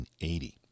1980